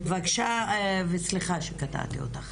בבקשה וסליחה שקטעתי אותך.